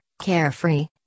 carefree